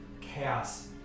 chaos